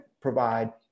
provide